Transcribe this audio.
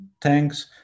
tanks